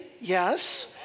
yes